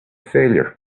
failure